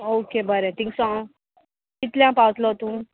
okay बरें तींग सांग कितल्या पावतलो तूं